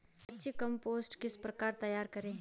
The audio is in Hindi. अच्छी कम्पोस्ट किस प्रकार तैयार करें?